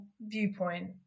viewpoint